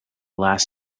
last